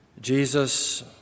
Jesus